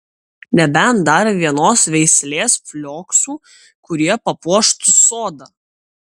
nebent dar vienos veislės flioksų kurie papuoštų sodą